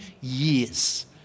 years